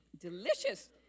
Delicious